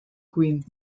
queen